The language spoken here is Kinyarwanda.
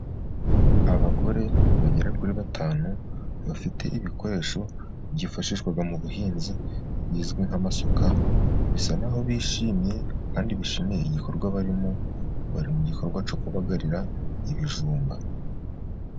Abagore bagera kuri batanu bafite ibikoresho byifashishwa mu buhinzi bizwi nk'amasuka, bisa naho bishimye kandi bishimiye igikorwa barimo, bari mu gikorwa cyo kubagarira ibijumba.